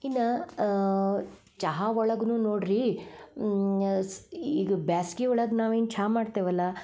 ಇನ್ನು ಚಹಾ ಒಳಗೂ ನೋಡ್ರಿ ಸ್ ಈಗ ಬ್ಯಾಸ್ಗಿ ಒಳಗೆ ನಾವೇನು ಚಾ ಮಾಡ್ತೇವಲ್ಲ